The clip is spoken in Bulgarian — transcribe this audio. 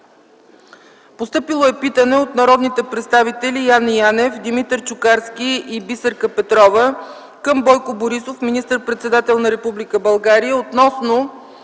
2010 г.; - от народните представители Яне Янев, Димитър Чукарски и Бисерка Петрова към Бойко Борисов – министър-председател на Република България, относно